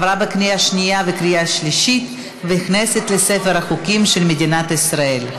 התקבלה בקריאה שנייה ובקריאה שלישית ונכנסת לספר החוקים של מדינת ישראל.